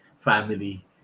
family